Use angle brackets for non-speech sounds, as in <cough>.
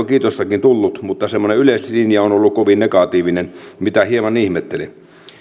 <unintelligible> kiitostakin tullut mutta semmoinen yleislinja on ollut kovin negatiivinen mitä hieman ihmettelen